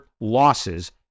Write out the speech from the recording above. losses